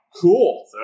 Cool